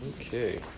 Okay